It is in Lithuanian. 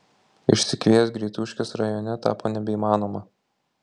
išsikviest greituškės rajone tapo nebeįmanoma